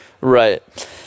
right